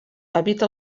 evita